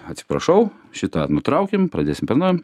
atsiprašau šitą nutraukim pradėsim per naują